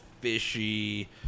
fishy